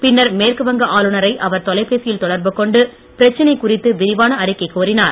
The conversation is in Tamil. பின்னர் மேற்கு வங்க ஆளுநரை அவர் தொலைபேசியில் தொடர்பு கொண்டு பிரச்சனை குறித்து விரிவான அறிக்கை கோரினார்